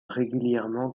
régulièrement